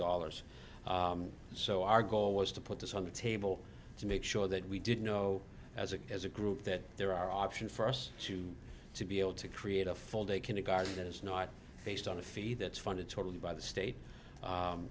dollars so our goal was to put this on the table to make sure that we didn't know as a as a group that there are options for us to to be able to create a full day kindergarten that is not based on a fee that's funded totally by the state